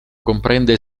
comprende